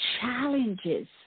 challenges